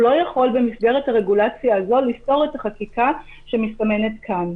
הוא לא יכול במסגרת הרגולציה הזאת לסתור את החקיקה שמסתמנת כאן.